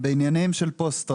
בעניינים של פוסט טראומה,